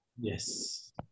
Yes